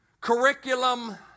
curriculum